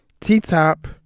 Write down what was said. T-Top